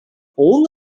all